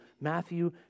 Matthew